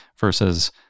versus